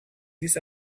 this